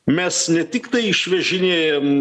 mes ne tiktai išvežinėjam